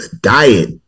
diet